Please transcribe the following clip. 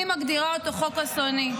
אני מגדירה אותו חוק אסוני.